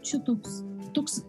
čia toks toks